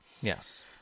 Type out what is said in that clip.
Yes